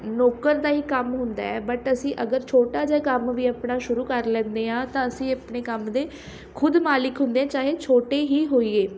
ਨੌਕਰ ਦਾ ਹੀ ਕੰਮ ਹੁੰਦਾ ਹੈ ਬਟ ਅਸੀਂ ਅਗਰ ਛੋਟਾ ਜਿਹਾ ਕੰਮ ਵੀ ਆਪਣਾ ਸ਼ੁਰੂ ਕਰ ਲੈਂਦੇ ਹਾਂ ਤਾਂ ਅਸੀਂ ਆਪਣੇ ਕੰਮ ਦੇ ਖ਼ੁਦ ਮਾਲਿਕ ਹੁੰਦੇ ਚਾਹੇ ਛੋਟੇ ਹੀ ਹੋਈਏ